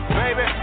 baby